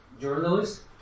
journalist